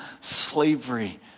slavery